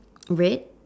red